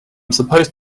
supposed